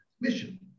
mission